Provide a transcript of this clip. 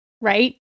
right